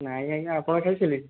ନାଇଁ ଆଜ୍ଞା ଆପଣ ଖାଇ ସାରିଲେଣି